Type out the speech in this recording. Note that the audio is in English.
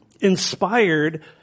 inspired